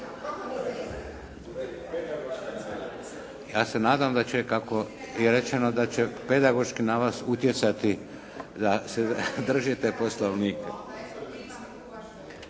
Ja se nadam kako je rečeno da će pedagoški na vas utjecati da se držite Poslovnika.